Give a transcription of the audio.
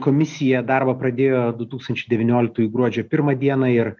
komisija darbą pradėjo du tūkstančiai devynioliktųjų gruodžio pirmą dieną ir